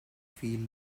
field